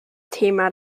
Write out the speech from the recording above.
thema